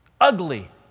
ugly